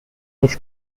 his